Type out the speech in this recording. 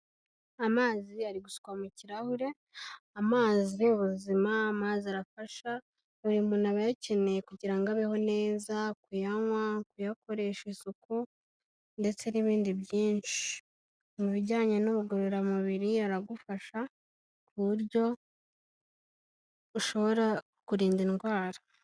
Amazi ari guswa mu kirahure, amazi ubuzima, amazi arafasha, buri muntu abayakeneye kugira ngo abeho neza, kuyanywa, kuyakoresha isuku, ndetse n'ibindi byinshi. Mu bijyanye n'ubugorororamubiri aragufasha ku buryo ushobora kurinda indwara.